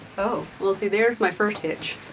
oh, well see, there's my first hitch.